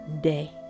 day